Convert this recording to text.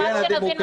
לא, חברים, שנייה.